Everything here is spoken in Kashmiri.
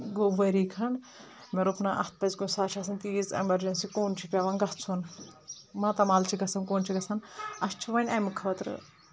گوٚو ؤری کھنٛڈ مےٚ روٚک نہٕ اَتھ پزِ کُنہِ ساتہٕ چھِ آسان تیٖژ اؠمرجنسی کُن چھُ پؠوان گژھُن ماتامال چھِ گژھان کُن چھِ گژھان اَسہِ چھُ وۄنۍ امہِ خٲطرٕ